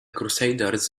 crusaders